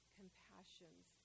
compassions